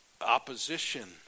opposition